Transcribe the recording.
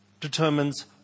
determines